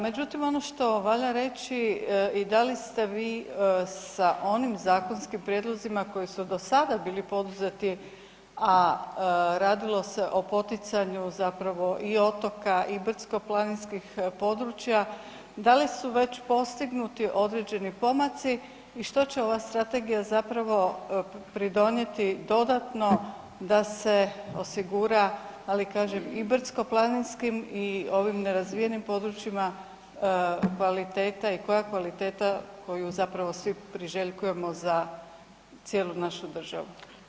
Međutim, ono što valja reći i da li ste vi sa onim zakonskim prijedlozima koji su do sada bili poduzeti a radilo se o poticanju zapravo i otoka i brdsko-planinskih područja, da li su već postignuti određeni pomaci i što će ova strategija zapravo pridonijeti dodatno da se osigura ali kažem i brdsko-planinskim i ovim nerazvijenim područjima kvaliteta i koja kvaliteta koju zapravo svi priželjkujemo za cijelu našu državu?